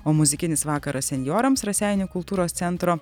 o muzikinis vakaras senjorams raseinių kultūros centro